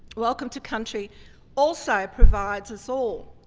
welcome to country also provides us all